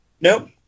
Nope